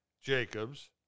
Jacobs